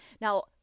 Now